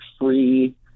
free